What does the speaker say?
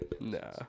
no